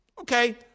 okay